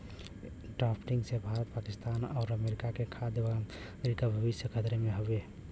drafting से भारत पाकिस्तान आउर America क खाद्य सामग्री क भविष्य खतरे में हउवे